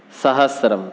सहस्रम्